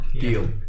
Deal